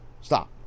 Stop